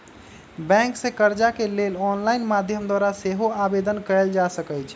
bank से कर्जा के लेल ऑनलाइन माध्यम द्वारा सेहो आवेदन कएल जा सकइ छइ